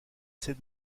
c’est